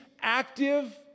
active